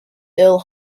ill